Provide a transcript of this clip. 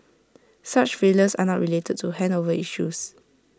such failures are not related to handover issues